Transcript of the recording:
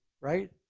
right